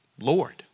Lord